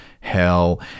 hell